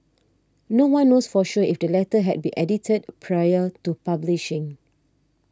no one knows for sure if the letter had been edited prior to publishing